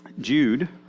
Jude